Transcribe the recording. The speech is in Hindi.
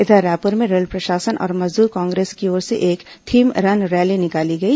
इधर रायपुर में रेल प्रशासन और मजदूर कांग्रेस की ओर से एक थीम रन रैली निकाली गई